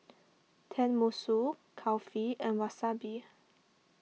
Tenmusu Kulfi and Wasabi